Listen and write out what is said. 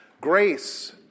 grace